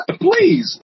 please